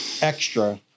extra